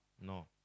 no